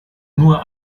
nur